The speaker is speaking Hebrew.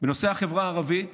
בנושא החברה הערבית